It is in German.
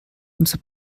unser